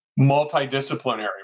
multidisciplinary